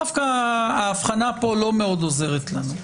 דווקא ההבחנה פה לא מאוד עוזרת לנו.